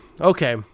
okay